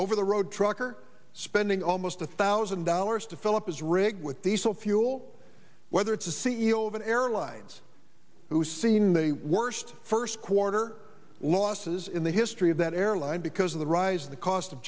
over the road truck or spending almost a thousand dollars to fill up is rigged with these so fuel whether it's a c e o of an air lives who's seen the worst first quarter losses in the history of that airline because of the rise in the cost of